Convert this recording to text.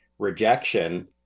Rejection